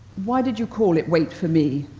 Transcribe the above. why did you call it wait for me?